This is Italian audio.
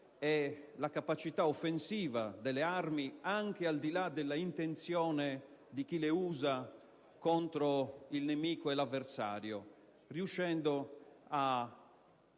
e la capacità offensiva delle armi, anche al di là dell'intenzione di chi le usa contro il nemico e l'avversario, perché